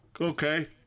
Okay